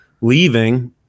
leaving